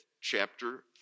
chapter